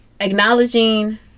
acknowledging